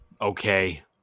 okay